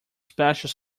special